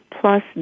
Plus